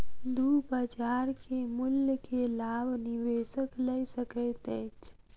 दू बजार के मूल्य के लाभ निवेशक लय सकैत अछि